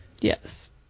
yes